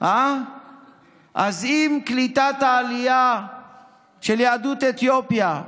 אז אם קליטת העלייה של יהדות אתיופיה,